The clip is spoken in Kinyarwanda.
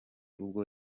ubwo